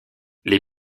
les